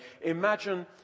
imagine